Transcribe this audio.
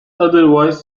otherwise